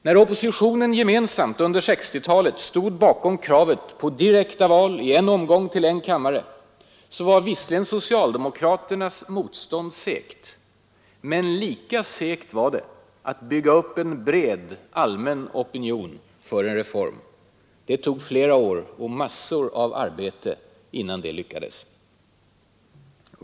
När oppositionen gemensamt under 1960-talet stod bakom kravet på direkta val i en omgång till en kammare, var visserligen socialdemokraternas motstånd segt. Men lika segt var det att bygga upp en bred allmän opinion för en reform. Det tog flera år och massor av arbete innan det lyckades.